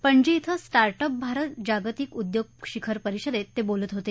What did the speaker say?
पणजी शि स्टार्टअप भारत जागतिक उद्योग शिखर परिषदेत ते बोलत होते